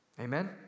Amen